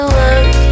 love